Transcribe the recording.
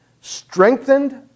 Strengthened